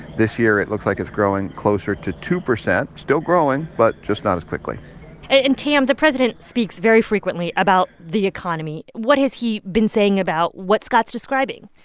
this year, it looks like it's growing closer to two percent still growing but just not as quickly and, tam, the president speaks very frequently about the economy. what has he been saying about what scott's describing?